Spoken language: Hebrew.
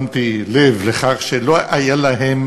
שמתי לב לכך שלא היה להם